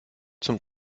zum